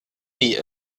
nie